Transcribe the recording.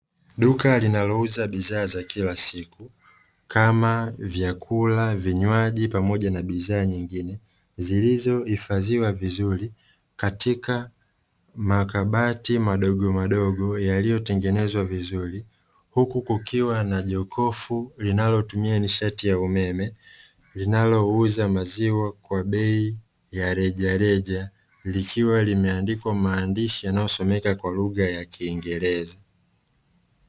Duka linalouza bidhaa za kila siku kama vyakula, vinywaji, pamoja na biashara nyingine zilizohifadhiwa vizuri katika makabati madogo madogo yaliyotengenezwa vizuri, huku kukiwa na jokofu linalotumia nishati ya umeme linalouza maziwa kwa bei ya rejareja, likiwa limeandikwa maandishi yanayo someka kwa lugha ya kiingereza.